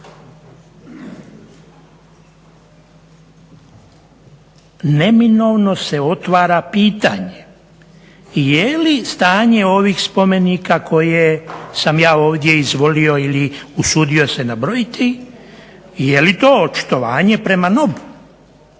neminovno se otvara pitanje je li stanje ovih spomenika koje sam ja ovdje izvolio ili usudio se nabrojati, je li to očitovanje prema NOB-u,